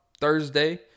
Thursday